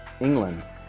England